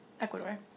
Ecuador